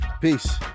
Peace